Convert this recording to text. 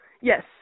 Yes